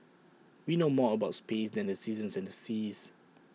we know more about space than the seasons and the seas